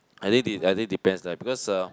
I think I think depends lah because uh